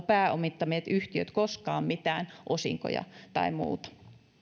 pääomittaneet yhtiöt koskaan mitään osinkoja tai muuta